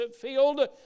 field